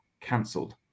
cancelled